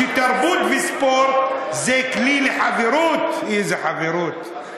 שתרבות וספורט זה כלי לחברות" איזה חברות?